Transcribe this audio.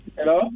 Hello